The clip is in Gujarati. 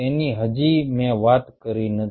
તેની હજી મેં વાત કરી નથી